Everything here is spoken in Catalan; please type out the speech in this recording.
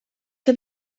que